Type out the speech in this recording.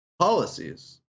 policies